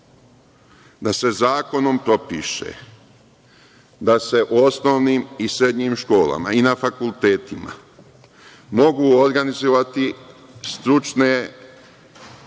da se zakonom propiše da se osnovnim i srednjim školama i na fakultetima mogu organizovati stručne,